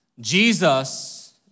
Jesus